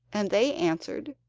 and they answered,